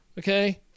Okay